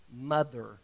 mother